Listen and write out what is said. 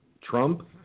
Trump